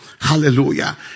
hallelujah